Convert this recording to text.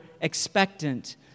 expectant